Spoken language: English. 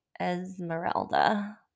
esmeralda